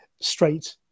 straight